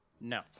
no